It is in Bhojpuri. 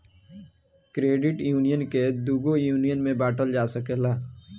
क्रेडिट यूनियन के दुगो यूनियन में बॉटल जा सकेला